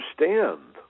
understand